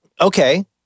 okay